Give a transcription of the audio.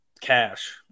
cash